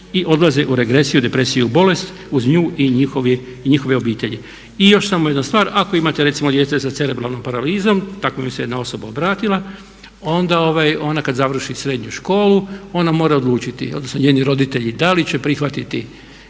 i odlaze u regresiju, depresiju u bolest uz njih i njihove obitelji. I još samo jedna stvar, ako imate recimo djece sa cerebralnom paralizom takva mi se jedna osoba obratila onda ona kad završi srednju školu ona mora odlučiti, odnosno njeni roditelji da li će prihvatiti